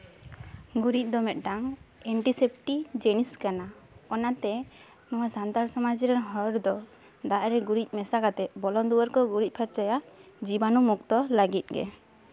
ᱜᱩᱨᱤᱡ ᱫᱚ ᱢᱤᱫᱴᱟᱝ ᱮᱱᱴᱤᱥᱮᱯᱴᱤ ᱡᱤᱱᱤᱥ ᱠᱟᱱᱟ ᱚᱱᱟᱛᱮ ᱱᱚᱣᱟ ᱥᱟᱱᱛᱟᱲ ᱥᱚᱢᱟᱡᱽ ᱨᱮᱱ ᱦᱚᱲ ᱫᱚ ᱫᱟᱜ ᱨᱮ ᱜᱩᱨᱤᱡ ᱢᱮᱥᱟ ᱠᱟᱛᱮ ᱵᱚᱞᱚᱱ ᱫᱩᱣᱟᱹᱨ ᱠᱚ ᱜᱩᱨᱤᱡ ᱯᱷᱟᱨᱪᱟᱭᱟ ᱡᱤᱵᱟᱱᱩ ᱢᱩᱠᱛᱚ ᱞᱟᱹᱜᱤᱫ ᱜᱮ